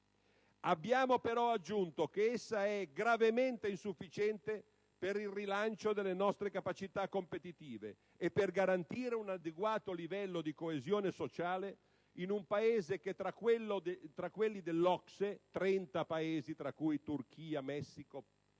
Abbiamo però aggiunto che essa è gravemente insufficiente per il rilancio delle nostre capacità competitive e per garantire un adeguato livello di coesione sociale in un Paese che, tra quelli dell'OCSE - 30 Paesi, tra cui Turchia e Messico, per